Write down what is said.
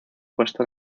puesto